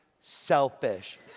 selfish